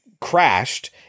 crashed